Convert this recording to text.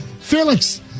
Felix